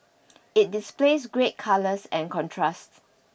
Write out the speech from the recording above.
it displays great colours and contrast